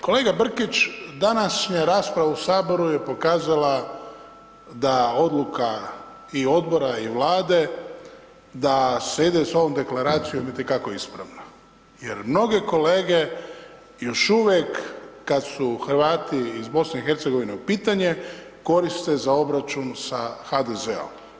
Kolega Brkić, današnja rasprava u Saboru je pokazala da odluka i Odbora i Vlade, da se ide s ovom Deklaracijom itekako ispravno, jer mnoge kolege još uvijek kad su Hrvati iz Bosne i Hercegovine u pitanje koriste za obračun sa HDZ-om.